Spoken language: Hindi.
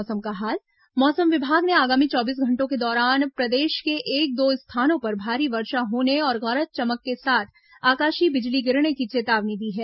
मौसम मौसम विभाग ने आगामी चौबीस घंटों के दौरान प्रदेश के एक दो स्थानों पर भारी वर्षा होने और गरज चमक के साथ आकाशीय बिजली गिरने की चेतावनी दी है